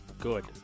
good